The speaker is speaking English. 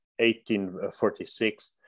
1846